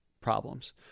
problems